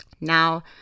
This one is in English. Now